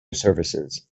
services